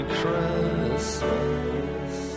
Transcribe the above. Christmas